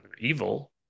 evil